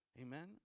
Amen